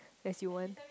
that's you want